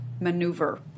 maneuver